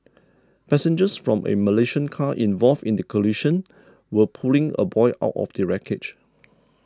passengers from a Malaysian car involved in the collision were pulling a boy out of the wreckage